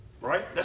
Right